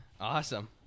Awesome